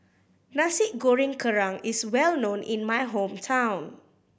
Nasi Goreng Kerang is well known in my hometown